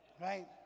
Right